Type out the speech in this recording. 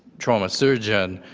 trauma surgeon,